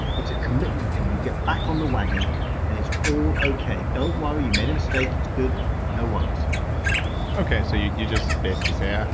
it's a commitment thing. you get back on the wagon and it's all okay. don't worry, you made a mistake. it's good. no worries okay, so you you just basically say, yeah